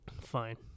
Fine